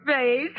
face